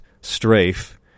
Strafe